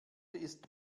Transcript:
ist